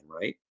right